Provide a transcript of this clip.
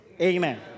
Amen